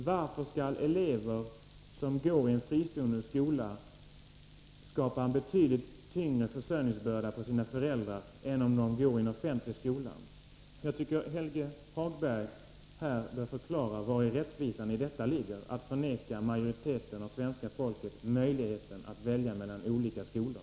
Varför skall elever som går i en fristående skola skapa en betydligt tyngre försörjningsbörda för sina föräldrar än om de ginge i en offentlig skola? Jag tycker att Helge Hagberg bör förklara vari rättvisan ligger när man förvägrar majoriteten av det svenska folket möjligheten att välja mellan olika skolor.